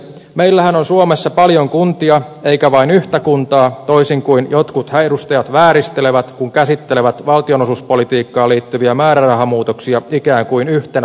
meillähän on suomessa paljon kuntia eikä vain yhtä kuntaa toisin kuin jotkut edustajat vääristelevät kun käsittelevät valtionosuuspolitiikkaan liittyviä määrärahamuutoksia ikään kuin yhtenä lukuna